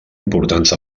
importants